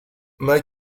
mike